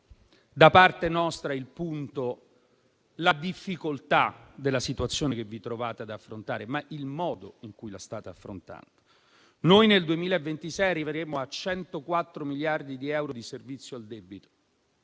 Da parte nostra, dunque, il punto non è la difficoltà della situazione che vi trovate ad affrontare, ma il modo in cui la state affrontando. Noi nel 2026 arriveremo a 104 miliardi di euro di servizio al debito: